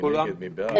מי בעד.